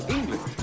English